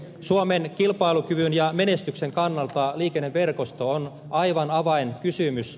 suomen kilpailukyvyn ja menestyksen kannalta liikenneverkosto on aivan avainkysymys